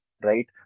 right